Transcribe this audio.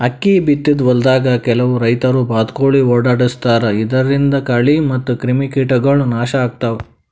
ಅಕ್ಕಿ ಬಿತ್ತಿದ್ ಹೊಲ್ದಾಗ್ ಕೆಲವ್ ರೈತರ್ ಬಾತ್ಕೋಳಿ ಓಡಾಡಸ್ತಾರ್ ಇದರಿಂದ ಕಳಿ ಮತ್ತ್ ಕ್ರಿಮಿಕೀಟಗೊಳ್ ನಾಶ್ ಆಗ್ತಾವ್